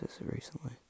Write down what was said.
recently